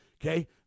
Okay